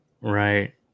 Right